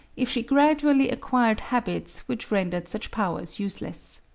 if she gradually acquired habits which rendered such powers useless.